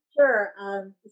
Sure